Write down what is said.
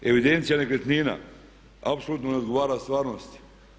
Evidencija nekretnina apsolutno ne odgovara stvarnosti.